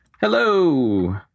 Hello